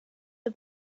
the